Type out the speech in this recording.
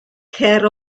cer